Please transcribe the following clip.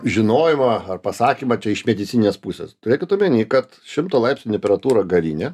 žinojimą ar pasakymą čia iš medicininės pusės turėkit omenyje kad šimto laipsnių temperatūra garinė